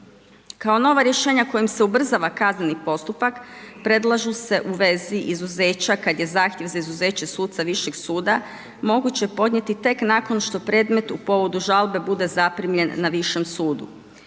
Kao nova rješenja kojima se ubrzava kazneni postupak predlažu se u vezi izuzeća kada je zahtjev za izuzeće suca višeg suda moguće podnijeti tek nakon što predmet u povodu žalbe bude zaprimljen na višem sudu.